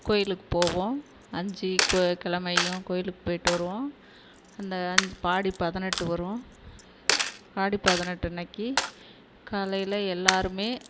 கோயிலுக்கு போவோம் அஞ்சு கு கிழமையும் கோயிலுக்கு போயிட்டு வருவோம் அந்த அஞ்சு இப்போ ஆடி பதினெட்டு வரும் ஆடி பதினெட்டு அன்றைக்கி காலையில் எல்லோருமே